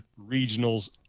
regionals